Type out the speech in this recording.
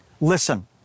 listen